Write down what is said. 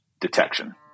detection